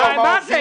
העובדים